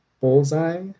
Bullseye